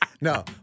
No